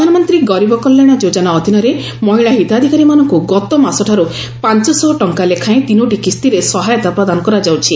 ପ୍ରଧାନମନ୍ତ୍ରୀ ଗରିବ କଲ୍ୟାଣ ଯୋଜନା ଅଧୀନରେ ମହିଳା ହିତାଧିକାରୀମାନଙ୍କୁ ଗତମାସଠାରୁ ପାଞ୍ଚ ଶହ ଟଙ୍କା ଲେଖାଏଁ ତିନୋଟି କିସ୍ତିରେ ସହାୟତା ପ୍ରଦାନ କରାଯାଉଛି